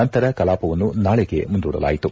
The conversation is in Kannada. ನಂತರ ಕಲಾಪವನ್ನು ನಾಳೆಗೆ ಮುಂದೂಡಲಾಯಿತು